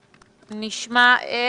אני מרגיש מרומה קצת.